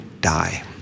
die